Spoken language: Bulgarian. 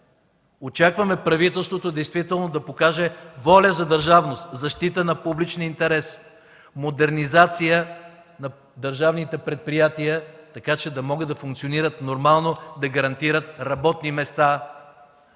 Очакваме правителството действително да покаже воля за държавност, защита на публичния интерес, модернизация на държавните предприятия, така че да могат да функционират нормално, да гарантират работни места.